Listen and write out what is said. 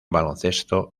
baloncesto